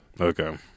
Okay